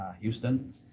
Houston